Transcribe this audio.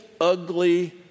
ugly